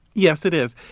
yes, it is,